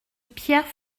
pierre